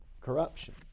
corruption